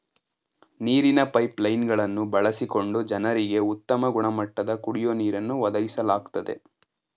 ನೀರಿನ pipe line ಗಳನ್ನು ಬಳಸಿಕೊಂಡು ಜನರಿಗೆ ಉತ್ತಮ ಗುಣಮಟ್ಟದ ಕುಡಿಯೋ ನೀರನ್ನು ಒದಗಿಸ್ಲಾಗ್ತದೆ